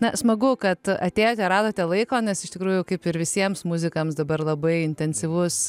na smagu kad atėjote radote laiko nes iš tikrųjų kaip ir visiems muzikams dabar labai intensyvus